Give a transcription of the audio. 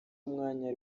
umwanya